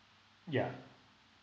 yeah